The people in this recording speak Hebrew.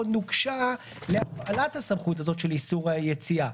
נוקשה להפעלת הסמכות של איסור היציאה.